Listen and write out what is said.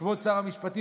כבוד שר המשפטים,